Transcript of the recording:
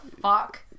fuck